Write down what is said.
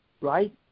right